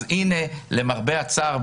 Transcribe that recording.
אז הנה למרבה הצער,